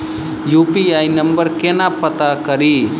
UPI number केना पत्ता कड़ी?